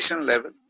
Level